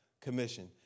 commission